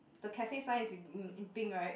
the cafe sign is in in pink right